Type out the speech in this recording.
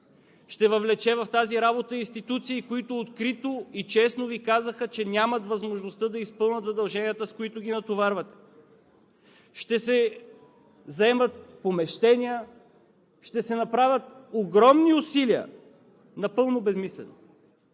ще въвлече в тази работа институции, които открито и честно Ви казаха, че нямат възможността да изпълнят задълженията, с които ги натоварвате, ще се заемат помещения, ще се направят огромни усилия напълно безсмислено.